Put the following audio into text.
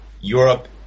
Europe